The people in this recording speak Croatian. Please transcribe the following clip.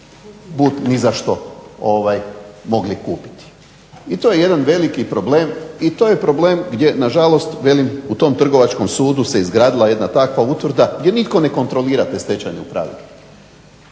bud ni za što mogli kupiti. I to je jedan veliki problem i to je problem gdje na žalost, velim u tom Trgovačkom sudu se izgradila jedna takva utvrda gdje nitko ne kontrolira te stečajne upravitelje.